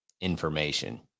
information